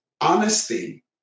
honesty